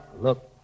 Look